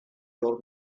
old